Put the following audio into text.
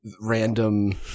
random